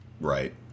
Right